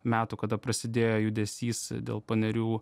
metų kada prasidėjo judesys dėl panerių